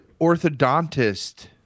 orthodontist